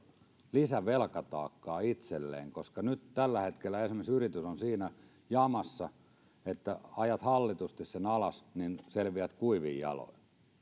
lisää velkataakkaa itselleen esimerkiksi nyt tällä hetkellä yritys on siinä jamassa että ajat hallitusti sen alas niin selviät kuivin jaloin ja